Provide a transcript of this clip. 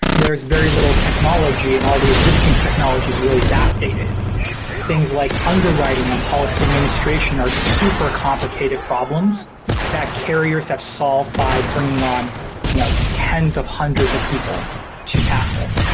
there is very little technology and all the existing technologies really backdated things like underwriting and policy administration are super complicated problems that carriers have solved by bringing on you know tens of hundreds of people to tackle.